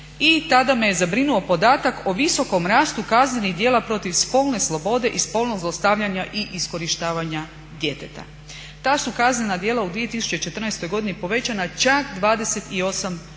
i tada me je zabrinuo podatak o visokom rastu kaznenih djela protiv spolne slobode i spolnog zlostavljanja i iskorištavanja djeteta. Ta su kaznena djela u 2014. godini povećana čak 28%